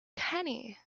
kenny